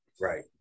Right